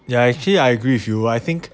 ya actually I agree with you I think